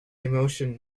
emotion